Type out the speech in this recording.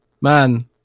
man